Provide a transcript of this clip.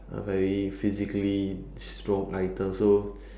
a very physically strong item so